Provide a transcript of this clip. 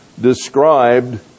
described